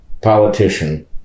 politician